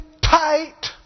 tight